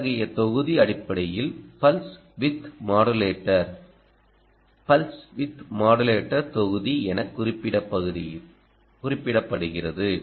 அத்தகைய தொகுதி அடிப்படையில் pulse width modulator pulse width modulator தொகுதி என குறிப்பிடப்படுகிறது